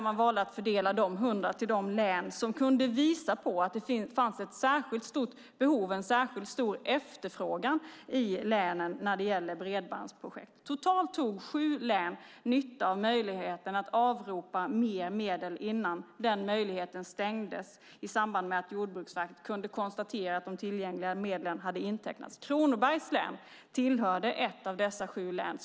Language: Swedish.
Man valde att fördela dessa 100 miljoner till de län som kunde visa att det fanns särskilt stort behov och efterfrågan i länen när det gällde bredbandsprojekt. Totalt tog sju län möjligheten att avropa mer medel innan möjligheten stängdes i samband med att Jordbruksverket konstaterade att de tillgängliga medlen hade intecknats. Kronobergs län var ett av dessa sju län.